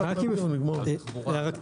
נעולה.